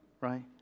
right